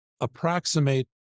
approximate